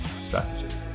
strategy